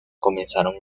comenzaron